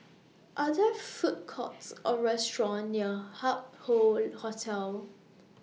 Are There Food Courts Or Restaurant near Hup Hoe Hotel